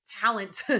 talent